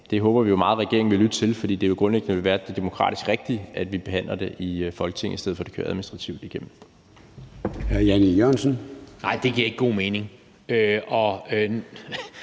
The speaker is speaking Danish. det håber vi meget regeringen vil lytte til, fordi det grundlæggende vil være det demokratisk rigtige, at vi behandler det i Folketinget, i stedet for at det kører administrativt igennem.